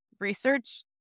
research